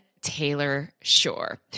Taylor-Shore